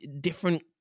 different